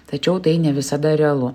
tačiau tai ne visada realu